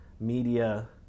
media